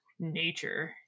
Nature